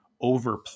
over